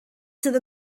sydd